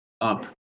up